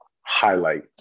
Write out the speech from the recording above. highlight